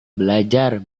belajar